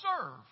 serve